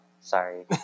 Sorry